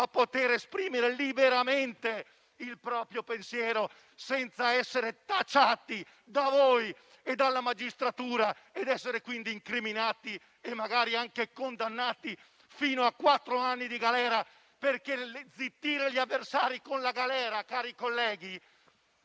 a poter esprimere liberamente il proprio pensiero senza essere tacciati da voi e dalla magistratura ed essere quindi incriminati e magari anche condannati fino a quattro anni di galera. Cari colleghi, zittire gli avversari con la galera è proprio